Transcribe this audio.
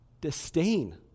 disdain